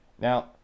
Now